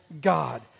God